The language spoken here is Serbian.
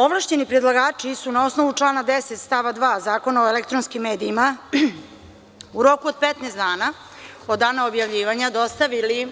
Ovlašćeni predlagači su, na osnovu člana 10. stava 2. Zakona o elektronskim medijima, u roku od 15 dana od dana objavljivanja, dostavili